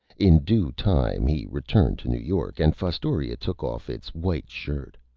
in due time he returned to new york, and fostoria took off its white shirt.